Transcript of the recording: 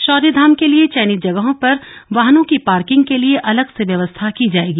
शौर्य धाम के लिए चयनित जगह पर वाहनों की पार्किंग के लिए अलग से व्यवस्था की जायेगी